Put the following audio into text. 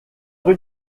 rue